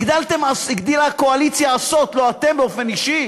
הגדילה הקואליציה עשות, לא אתם באופן אישי